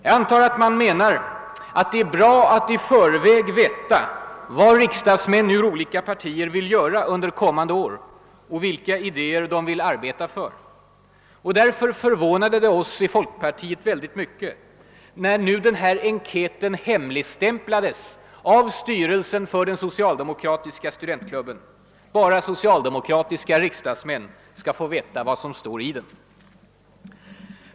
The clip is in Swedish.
Jag antar att man menar att det är bra att i förväg veta vad riksdagsmän ur olika partier vill göra under kommande år och vilka idéer de vill arbeta för. Därför förvånade det oss i folkpartiet högeligen att denna enkät har hemligstämplats av styrelsen för den socialdemokratiska studentklubben. Bara socialdemokratiska riksdagsmän skulle få veta vad som står i den.